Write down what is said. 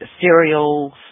cereals